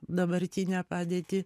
dabartinę padėtį